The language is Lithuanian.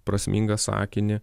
prasmingą sakinį